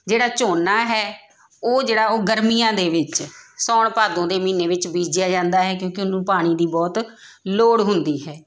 ਜਿਹੜਾ ਝੋਨਾ ਹੈ ਉਹ ਜਿਹੜਾ ਉਹ ਗਰਮੀਆਂ ਦੇ ਵਿੱਚ ਸਾਉਣ ਭਾਦੋਂ ਦੇ ਮਹੀਨੇ ਵਿੱਚ ਬੀਜਿਆ ਜਾਂਦਾ ਹੈ ਕਿਉਂਕਿ ਉਹਨੂੰ ਪਾਣੀ ਦੀ ਬਹੁਤ ਲੋੜ ਹੁੰਦੀ ਹੈ